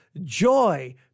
joy